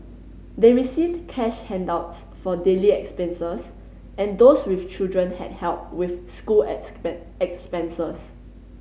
they received cash handouts for daily expenses and those with children had help with school expenses